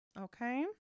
okay